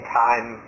time